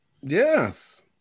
Yes